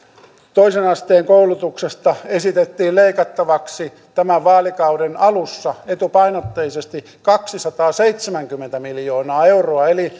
toisen asteen koulutuksesta esitettiin leikattavaksi tämän vaalikauden alussa etupainotteisesti kaksisataaseitsemänkymmentä miljoonaa euroa eli